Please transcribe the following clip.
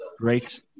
great